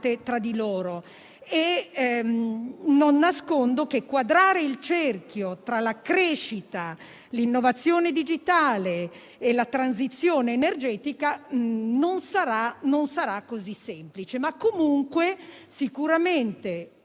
non nascondo che quadrare il cerchio tra la crescita, l'innovazione digitale e la transizione energetica non sarà così semplice. Comunque sicuramente